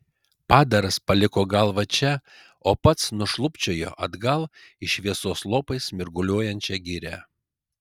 padaras paliko galvą čia o pats nušlubčiojo atgal į šviesos lopais mirguliuojančią girią